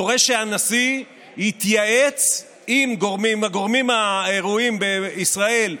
דורש שהנשיא יתייעץ עם הגורמים הראויים בישראל,